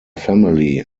family